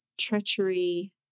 treachery